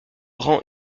rend